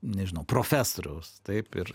nežinau profesoriaus taip ir